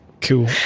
Cool